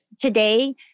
today